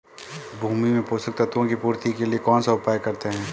भूमि में पोषक तत्वों की पूर्ति के लिए कौनसा उपाय करते हैं?